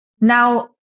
Now